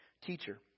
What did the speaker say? Teacher